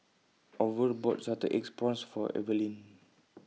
Orval bought Salted Egg Prawns For Evaline